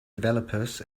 developers